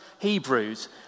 Hebrews